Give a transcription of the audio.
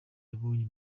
yabonye